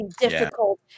difficult